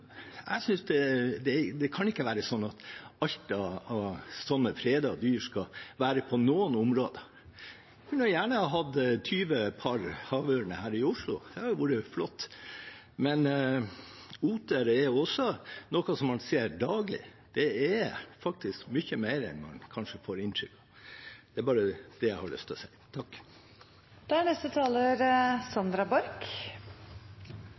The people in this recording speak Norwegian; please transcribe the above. dyr, skal være på noen områder. Jeg kunne gjerne hatt 20 par havørn her i Oslo, det hadde vært flott. Oter er også noe man ser daglig. Det er faktisk mye mer enn man kanskje får inntrykk av. Det var bare det jeg hadde lyst til å si. Jeg kunne ikke dy meg for å ta ordet da representanten Nævra nevnte Senterpartiet og rovdyrpolitikk. Det vi tar opp, er